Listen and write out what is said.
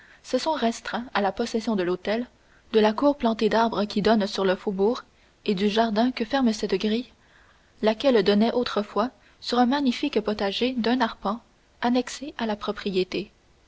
se sont restreints à la possession de l'hôtel de la cour plantée d'arbres qui donne sur le faubourg et du jardin que ferme cette grille laquelle donnait autrefois sur un magnifique potager d'un arpent annexé à la propriété